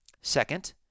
Second